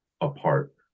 apart